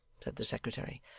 said the secretary.